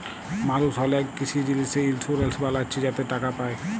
মালুস অলেক কিসি জিলিসে ইলসুরেলস বালাচ্ছে যাতে টাকা পায়